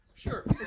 Sure